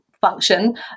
function